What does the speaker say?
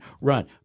run